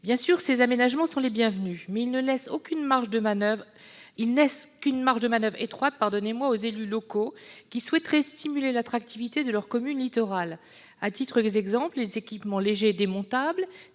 Ces dispositions sont certes bienvenues, mais elles ne laissent qu'une marge de manoeuvre étroite aux élus locaux qui souhaiteraient stimuler l'attractivité de leur commune littorale. À titre d'exemple, les équipements légers et démontables